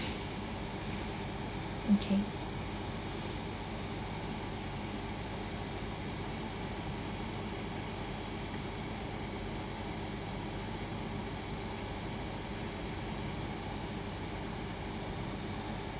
okay